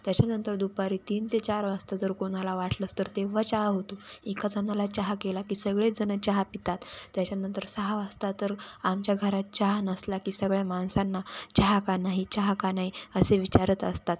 त्याच्यानंतर दुपारी तीन ते चार वाजता जर कोणाला वाटलंच तर तेव्हा चहा होतो एका जणाला चहा केला की सगळेच जण चहा पितात त्याच्यानंतर सहा वाजता तर आमच्या घरात चहा नसला की सगळ्या माणसांना चहा का नाही चहा का नाही असे विचारत असतात